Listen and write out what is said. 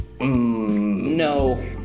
no